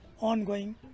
ongoing